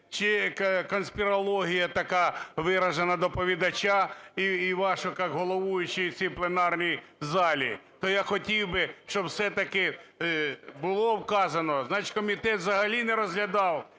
чи конспірологія така виражена доповідача і ваша як головуючої в цій пленарній залі. То я хотів би, щоб все-таки було вказано. Значить комітет взагалі не розглядав